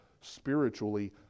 spiritually